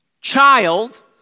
child